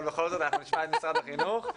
אבל בכל זאת אנחנו נשמע את משרד החינוך.